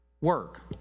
work